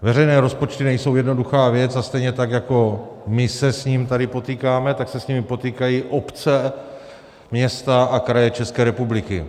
Veřejné rozpočty nejsou jednoduchá věc a stejně tak jako my se s nimi tady potýkáme, tak se s nimi potýkají obce, města a kraje České republiky.